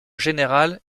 général